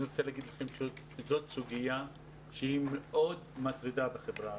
אני רוצה לומר לכם שזאת סוגיה שהיא מאוד מטרידה בחברה הערבית.